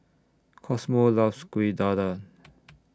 Cosmo loves Kueh Dadar